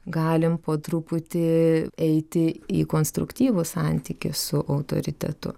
galim po truputį eiti į konstruktyvų santykį su autoritetu